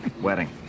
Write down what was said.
wedding